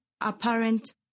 apparent